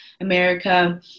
America